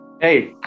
Hey